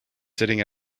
sitting